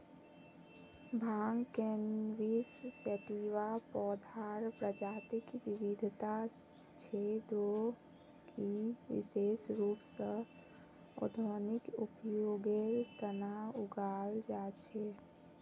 भांग cannabis sativa पौधार प्रजातिक विविधता छे जो कि विशेष रूप स औद्योगिक उपयोगेर तना उगाल जा छे